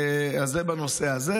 זה בנושא הזה.